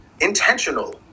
Intentional